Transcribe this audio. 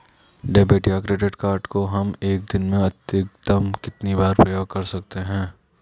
Debit या credit card को हम एक दिन में अधिकतम कितनी बार प्रयोग कर सकते हैं?